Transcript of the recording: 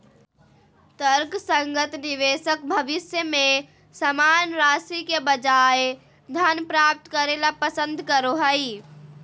तर्कसंगत निवेशक भविष्य में समान राशि के बजाय धन प्राप्त करे ल पसंद करो हइ